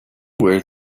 were